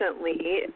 recently